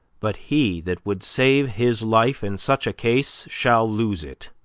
but he that would save his life, in such a case, shall lose it.